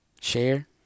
share